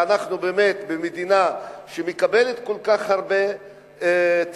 שאנחנו באמת במדינה שמקבלת כל כך הרבה תמיכה,